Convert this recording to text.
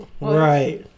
Right